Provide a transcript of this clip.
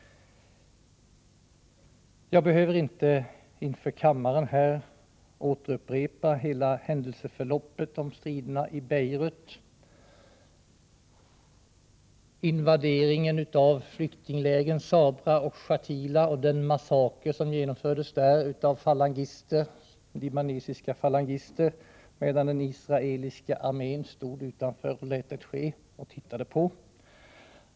Jag behöver inte inför kammaren återupprepa hela händelseförloppet beträffande striderna i Beirut, med invadering av flyktinglägren Sabra och Shatila och den massaker som genomfördes där av libanesiska falangister medan den israeliska armén stod utanför och lät det ske, tittade på.